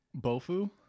Bofu